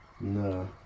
No